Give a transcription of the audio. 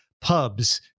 pubs